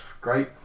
great